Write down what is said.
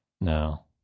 No